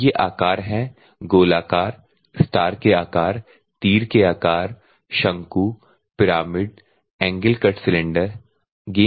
और ये आकार हैं गोलाकार स्टार के आकार तीर के आकार शंकु पिरामिड एंगल कट सिलेंडर हैं